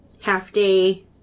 half-day